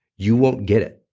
you won't get it.